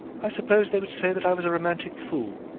i suppose they would say that i was a romantic fool.